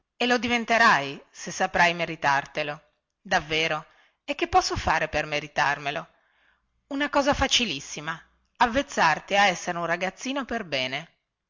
e lo diventerai se saprai meritartelo davvero e che posso fare per meritarmelo una cosa facilissima avvezzarti a essere un ragazzino perbene